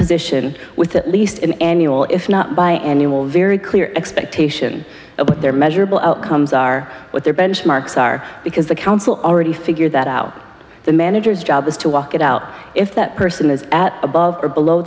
position with at least an annual if not very clear expectation of what their measurable outcomes are what their benchmarks are because the council already figure that out the manager's job is to walk it out if that person is at above or below